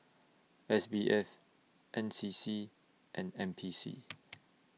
S B F N C C and N P C